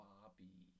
Bobby